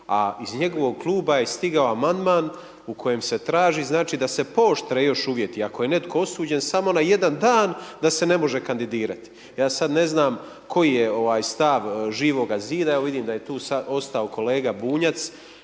a iz njegovog kluba je stigao amandman u kojem se traži da se pooštre još uvjeti. Ako je netko osuđen samo na jedan dan da se ne može kandidirati. Ja sad ne znam koji je stav Živoga zida, evo vidim da je tu ostao kolega Bunjac.